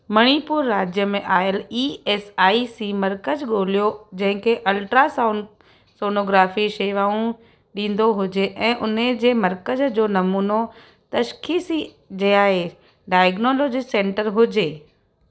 मणिपुर राज्य में आयल ई एस आई सी मर्कज़ु ॻोल्हियो जेके अल्ट्रासाउंड अल्ट्रासोनोग्राफ़ी सेवाऊं ॾींदो हुजे ऐं उन जे मर्कज़ जो नमूनो तशख़ीसी जाइ डाइग्नोलॉजिस सेंटर हुजे